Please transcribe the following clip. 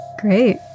Great